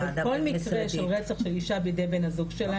בכל מקרה של רצח של אישה בידי בני הזוג שלהן-